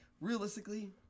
realistically